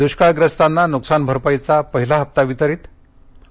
द्ष्काळग्रस्तांना नुकसानभरपाईचा पहिला हप्ता वितरित आणि